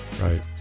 right